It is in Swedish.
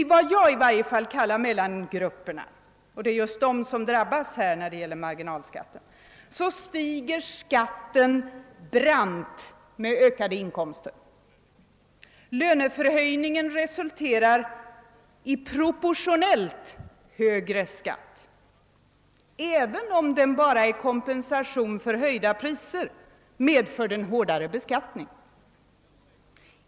I vad jag i varje fall kallar mellangrupperna — det är just de som drabbas när det gäller marginalskatterna — stiger skatten brant med ökade inkomster. Löneförhöjningen resulterar i proportionellt högre skatt. även om den bara är kompensation för höjda priser medför den hårdare beskattning.